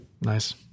Nice